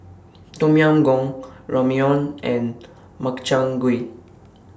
Tom Yam Goong Ramyeon and Makchang Gui